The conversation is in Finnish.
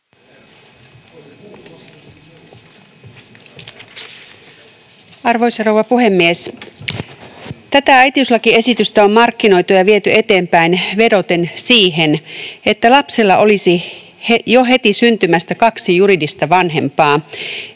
Arvoisa rouva puhemies! Tätä äitiyslakiesitystä on markkinoitu ja viety eteenpäin vedoten siihen, että lapsella olisi jo heti syntymästä kaksi juridista vanhempaa,